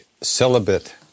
celibate